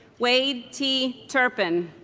wade t. tyrpin